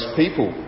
people